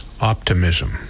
Optimism